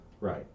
Right